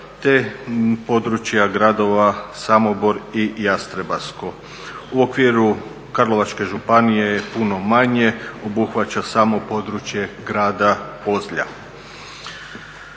te područja gradova Samobor i Jastrebarsko. U okviru Karlovačke županije je puno manje, obuhvaća samo područje grada Ozlja.